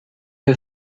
her